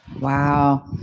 Wow